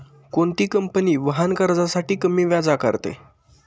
कोणती कंपनी वाहन कर्जासाठी कमी व्याज आकारते?